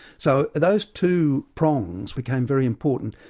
so those two prongs became very important,